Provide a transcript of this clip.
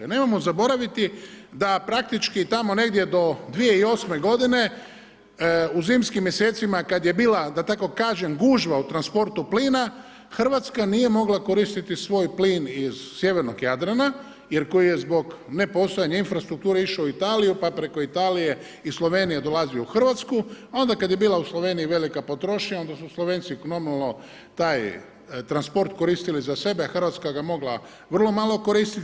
Nemojmo zaboraviti da praktički tamo negdje do 2008. godine u zimskim mjesecima kada je bila, da tako kažem gužva u transportu plina, Hrvatska nije mogla koristiti svoj plin iz sjevernog Jadrana jer koji je zbog nepostojanja infrastrukture išao u Italiju pa preko Italije i Slovenije dolazio u Hrvatsku, a onda kada je bila u Sloveniji velika potrošnja onda su Slovenci normalno taj transport koristili za sebe, a Hrvatska ga mogla vrlo malo koristiti.